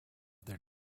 their